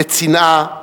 בצנעה,